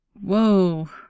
whoa